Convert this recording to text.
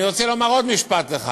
אני רוצה לומר עוד משפט אחד.